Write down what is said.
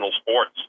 sports